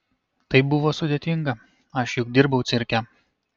tai buvo sudėtinga aš juk dirbau cirke